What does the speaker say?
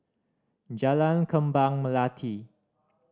Jalan Kembang Melati